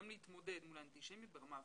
גם להתמודד מול האנטישמיות ברמה הפיזית.